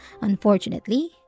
Unfortunately